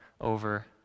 over